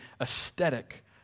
aesthetic